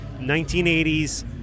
1980s